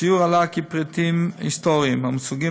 בסיור עלה כי פריטים היסטוריים המוצגים